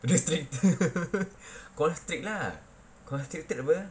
restrict constrict lah contricted apa